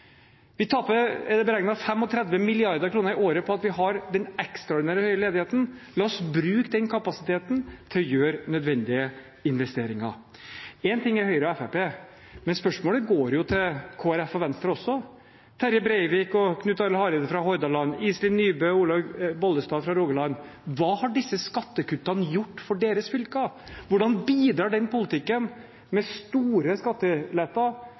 er beregnet at vi taper 35 mrd. kr i året på at vi har den ekstraordinære høye ledigheten. La oss bruke den kapasiteten til å gjøre nødvendige investeringer. Én ting er Høyre og Fremskrittspartiet, men spørsmålet går jo til Kristelig Folkeparti og Venstre også. Terje Breivik og Knut Arild Hareide fra Hordaland, Iselin Nybø og Olaug Bollestad fra Rogaland – hva har disse skattekuttene gjort for deres fylker? Hvordan bidrar den politikken – med store skatteletter